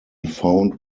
found